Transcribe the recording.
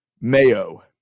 Mayo